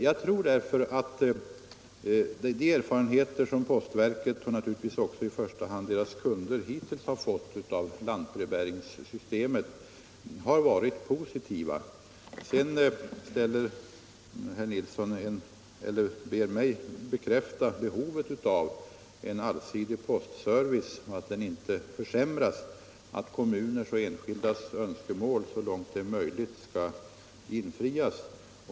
Jag tror därför att de erfarenheter som postverket, och naturligtvis i första hand dess kunder, hittills har fått av lantbrevbäringssystemet har varit positiva. Herr Nilsson ber mig bekräfta behovet av en allsidig postservice liksom angelägenheten av att den inte försämras och att kommuners och enskildas önskemål så långt möjligt skall infrias.